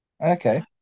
Okay